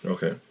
Okay